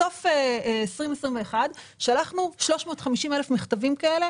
בסוף 2021 שלחנו 350 אלף מכתבים כאלה